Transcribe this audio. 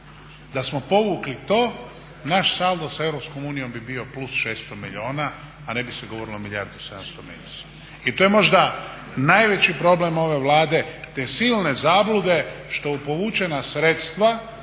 Da smo povukli to naš saldo sa Europskom unijom bi bio +600 milijuna a ne bi se govorilo o milijardu i 700 minusa. I to je možda najveći problem ove Vlade, te silne zablude što u povučena sredstva